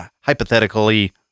hypothetically